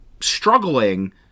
struggling